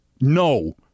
No